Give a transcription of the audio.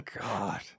God